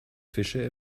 fische